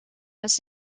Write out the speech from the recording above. has